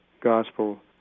gospel